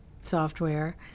software